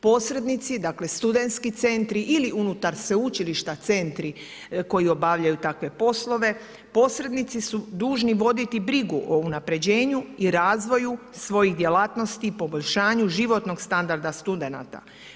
Posrednici, dakle studentski centri ili unutar sveučilišta centri koji obavljaju takve poslove, posrednici su dužni voditi brigu o unapređenju i razvoju svojih djelatnosti, poboljšanju životnog standarda studenata.